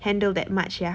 handle that much ya